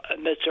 Mr